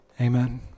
Amen